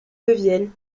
deviennent